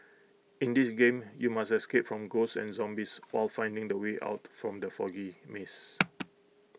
in this game you must escape from ghosts and zombies while finding the way out from the foggy maze